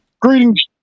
Greetings